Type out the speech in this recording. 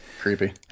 Creepy